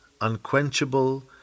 unquenchable